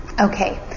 Okay